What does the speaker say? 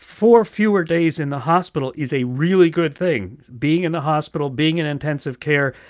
four fewer days in the hospital is a really good thing. being in the hospital, being in intensive care,